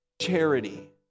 charity